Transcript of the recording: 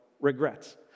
regrets